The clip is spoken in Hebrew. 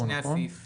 מי בעד